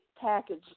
package